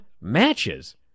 matches